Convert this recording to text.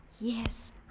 Yes